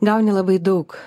gauni labai daug